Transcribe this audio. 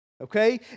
Okay